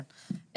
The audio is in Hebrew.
כן,